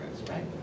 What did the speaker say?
Right